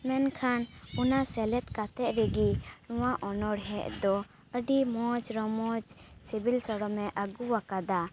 ᱢᱮᱱᱠᱷᱟᱱ ᱚᱱᱟ ᱥᱮᱞᱮᱫ ᱠᱟᱛᱮᱫ ᱨᱮᱜᱤ ᱱᱚᱶᱟ ᱚᱱᱚᱲᱦᱮᱸ ᱫᱚ ᱟᱹᱰᱤ ᱢᱚᱡ ᱨᱚᱢᱚᱡ ᱥᱤᱵᱤᱞ ᱥᱚᱲᱚᱢᱮ ᱟᱹᱜᱩᱣᱟᱠᱟᱫᱟ